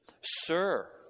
sir